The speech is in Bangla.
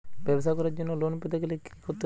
ব্যবসা করার জন্য লোন পেতে গেলে কি কি করতে হবে?